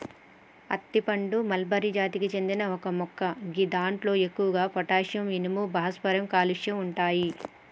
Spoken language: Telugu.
అత్తి పండు మల్బరి జాతికి చెందిన ఒక మొక్క గిదాంట్లో ఎక్కువగా పొటాషియం, ఇనుము, భాస్వరం, కాల్షియం ఉంటయి